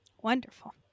Wonderful